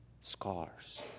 scars